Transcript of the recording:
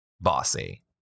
bossy